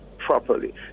properly